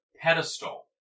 pedestal